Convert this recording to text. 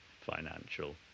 financial